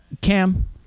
cam